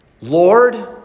Lord